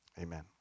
Amen